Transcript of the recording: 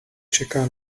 čeká